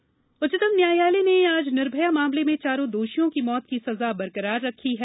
निर्भया याचिका उच्चतम न्यायालय ने आज निर्भया मामले में चारों दोषियों की मौत की सजा बरकरार रखी है